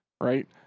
right